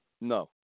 no